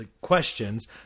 questions